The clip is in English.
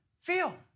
feel